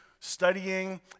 studying